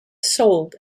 sold